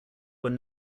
were